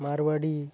Marwari